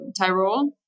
Tyrol